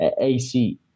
AC